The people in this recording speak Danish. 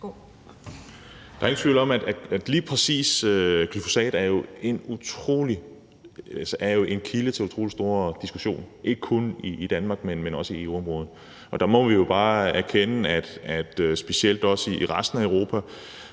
Der er ingen tvivl om, at lige præcis glyfosat er en kilde til utrolig stor diskussion, ikke kun i Danmark, men også i EU-området. Der må vi jo bare erkende, at specielt også i resten af Europa